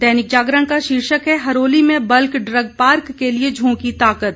दैनिक जागरण का शीर्षक है हरोली में बल्क ड्रग पार्क के लिये झोंकी ताकत